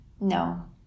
No